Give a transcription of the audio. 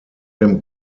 dem